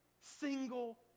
single